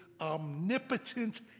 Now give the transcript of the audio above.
omnipotent